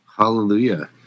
Hallelujah